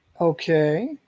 Okay